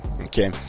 Okay